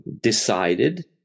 decided